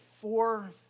four